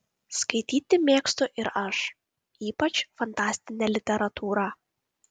skaityti mėgstu ir aš ypač fantastinę literatūrą